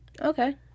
okay